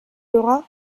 laura